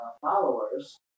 followers